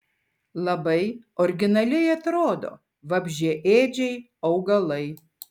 labai originaliai atrodo vabzdžiaėdžiai augalai